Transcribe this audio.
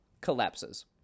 collapses